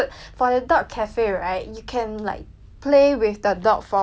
play with the dog for one one hour and thirty minutes